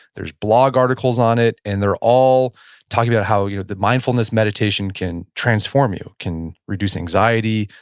there's blog articles on it. and they're all talking about how you know the mindfulness meditation can transform you, can reduce anxiety,